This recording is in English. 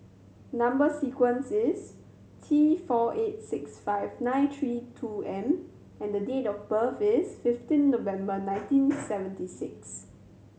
number sequence is T four eight six five nine three two M and date of birth is fifteen November nineteen seventy six